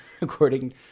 according